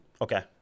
Okay